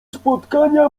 spotkania